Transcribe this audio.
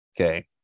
okay